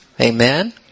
Amen